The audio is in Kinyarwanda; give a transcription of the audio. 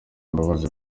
imbabazi